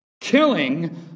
killing